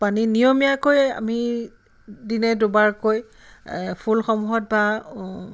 পানী নিয়মীয়াকৈ আমি দিনে দুবাৰকৈ ফুলসমূহত বা